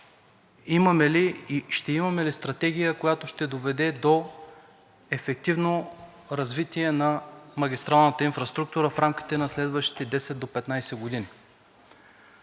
ще имаме ли стратегия, която ще доведе до ефективно развитие на магистралната инфраструктура в рамките на следващите 10 до 15 години.